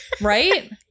Right